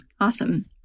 awesome